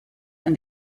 and